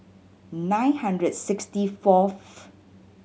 nine hundred sixty fourth